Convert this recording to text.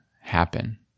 happen